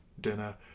dinner